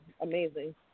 amazing